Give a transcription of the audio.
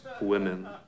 women